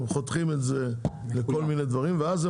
הם חותכים את זה לכל מיני חלקים ואז הם